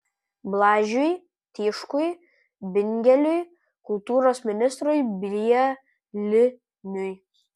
blažiui tiškui bingeliui kultūros ministrui bieliniui